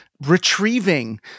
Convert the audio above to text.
retrieving